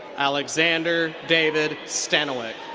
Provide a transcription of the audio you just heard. alexander david stanowick.